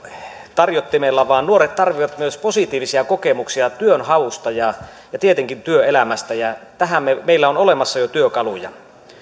tarjottimella vaan nuoret tarvitsevat myös positiivisia kokemuksia työnhausta ja ja tietenkin työelämästä ja tähän meillä on olemassa jo työkaluja